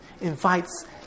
invites